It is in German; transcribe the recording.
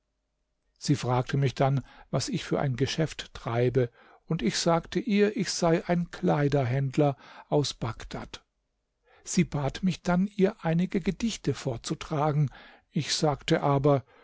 sie fragte mich dann was ich für ein geschäft treibe und ich sagte ihr ich sei ein kleiderhändler aus bagdad sie bat mich dann ihr einige gedichte vorzutragen ich sagte aber